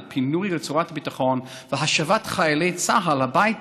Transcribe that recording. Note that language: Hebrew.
פינוי רצועת הביטחון והשבת חיילי צה"ל הביתה,